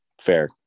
Fair